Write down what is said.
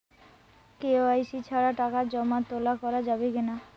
KYC ছাড়া টাকা জমা তোলা করা যাবে কি না?